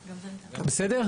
בסדר?